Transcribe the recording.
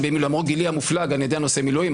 למרות גילי המופלג אני עדיין עושה מילואים,